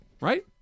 right